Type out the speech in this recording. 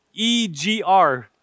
EGR